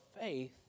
faith